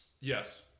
Yes